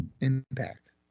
Impact